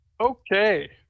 Okay